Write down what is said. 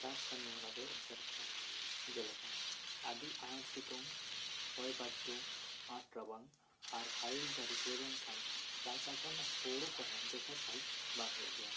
ᱪᱟᱥ ᱠᱟ ᱢᱤ ᱦᱚᱨᱟ ᱫᱚᱭ ᱮᱥᱮᱨ ᱟᱠᱟᱫᱟ ᱡᱮ ᱞᱮᱠᱟ ᱟᱹᱰᱤ ᱟᱸᱴ ᱥᱤᱛᱩᱝ ᱦᱚᱭ ᱵᱷᱟᱨᱰᱩ ᱟᱸᱴ ᱨᱟᱵᱟᱝ ᱟᱨ ᱟᱨᱮᱞ ᱡᱟᱹᱲᱤ ᱦᱩᱭ ᱞᱮᱱᱠᱷᱟᱱ ᱪᱟᱥ ᱟᱠᱟᱱ ᱦᱩᱲᱩ ᱠᱚᱦᱚᱸ ᱡᱚᱛᱷᱟᱛ ᱥᱟᱹᱦᱤᱡ ᱵᱟᱝ ᱦᱩᱭᱩᱜ ᱜᱮᱭᱟ